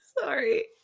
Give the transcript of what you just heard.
sorry